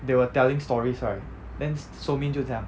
they were telling stories right then so min 就讲